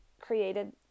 created